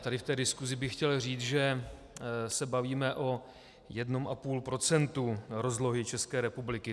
Tady k té diskusi bych chtěl říct, že se bavíme o 1,5 % rozlohy České republiky.